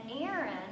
Aaron